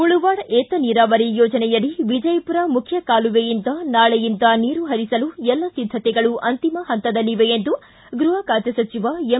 ಮುಳವಾಡ ಏತನೀರಾವರಿ ಯೋಜನೆಯಡಿ ವಿಜಯಪುರ ಮುಖ್ಯ ಕಾಲುವೆಯಿಂದ ನಾಳೆಯಿಂದ ನೀರು ಹರಿಸಲು ಎಲ್ಲ ಸಿದ್ದತೆಗಳು ಅಂತಿಮ ಹಂತದಲ್ಲಿವೆ ಎಂದು ಗೃಹ ಖಾತೆ ಸಚಿವ ಎಂ